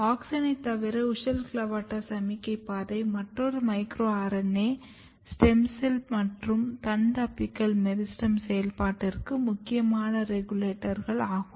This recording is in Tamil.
ஆக்ஸினை தவிர WUSCHEL CLAVATA சமிக்ஞை பாதை மற்றும் மைக்ரோ RNA ஸ்டெம் செல் மற்றும் தண்டு அபிக்கல் மெரிஸ்டெம் செயல்பாட்டிற்கு முக்கியமான ரெகுலேட்டர் ஆகும்